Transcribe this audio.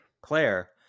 Claire